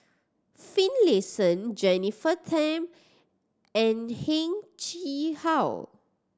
Finlayson Jennifer Tham and Heng Chee How